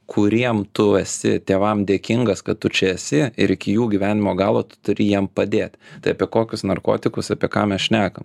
kuriem tu esi tėvam dėkingas kad tu čia esi ir iki jų gyvenimo galo tu turi jiem padėt tai apie kokius narkotikus apie ką mes šnekam